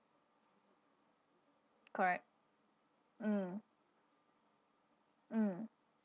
correct mm mm